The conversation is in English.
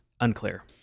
Unclear